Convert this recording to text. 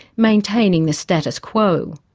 maintaining the status quo.